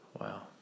Wow